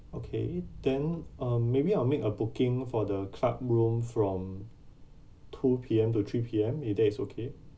okay then um maybe I'll make a booking for the club room from two P_M to three P_M if that is okay